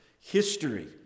history